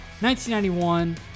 1991